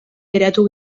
geratu